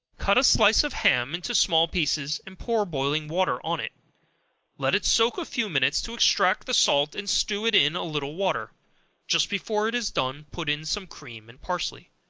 cut a slice of ham into small pieces, and pour boiling water on it let it soak a few minutes to extract the salt, and stew it in a little water just before it is done, put in some cream and parsley.